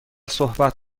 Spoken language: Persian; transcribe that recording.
صحبت